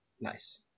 nice